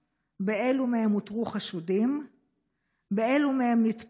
2. באילו מהם אותרו חשודים?